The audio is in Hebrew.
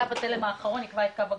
קו התלם האחרון יקבע את קו הגבול.